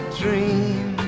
dream